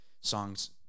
songs –